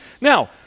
Now